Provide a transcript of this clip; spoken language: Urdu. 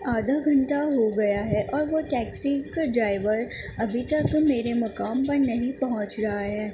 آدھا گھنٹہ ہو گیا ہے اور وہ ٹیکسی کا ڈرائیور ابھی تک میرے مقام پر نہیں پہنچ رہا ہے